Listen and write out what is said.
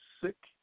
sick